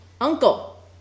uncle